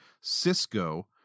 cisco